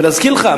ולהזכיר לך,